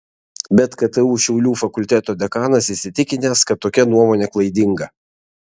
bet ktu šiaulių fakulteto dekanas įsitikinęs kad tokia nuomonė klaidinga